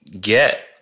get